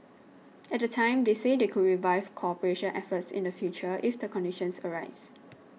at the time they said they could revive cooperation efforts in the future if the conditions arise